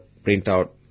printout